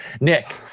Nick